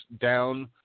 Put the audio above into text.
down